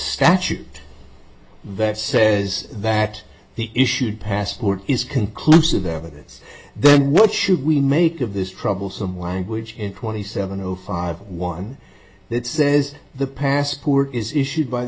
statute vet says that he issued passport is conclusive evidence then what should we make of this troublesome language in twenty seven o five one that says the passport is issued by